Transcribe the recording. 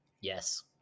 Yes